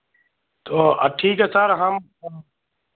तो ठीक है सर हम